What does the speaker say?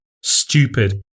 stupid